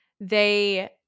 They-